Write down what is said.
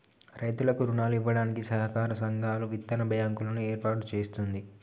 రైతులకు రుణాలు ఇవ్వడానికి సహకార సంఘాలు, విత్తన బ్యాంకు లను ఏర్పాటు చేస్తుంది